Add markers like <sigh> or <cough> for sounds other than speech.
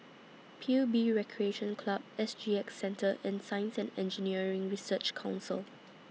P U B Recreation Club S G X Centre and Science and Engineering Research Council <noise>